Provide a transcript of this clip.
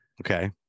okay